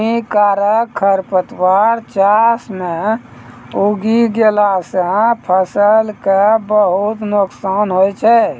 हानिकारक खरपतवार चास मॅ उगी गेला सा फसल कॅ बहुत नुकसान होय छै